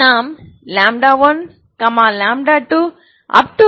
நாம் 1 2